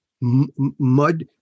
mud